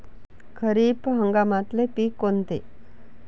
खरीप हंगामातले पिकं कोनते?